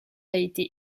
été